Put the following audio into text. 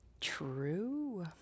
True